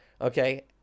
okay